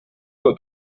doit